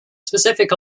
specific